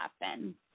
happen